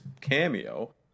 cameo